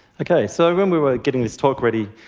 ok. so when we were getting this talk ready,